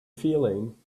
feeling